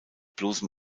bloßem